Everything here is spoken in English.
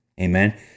amen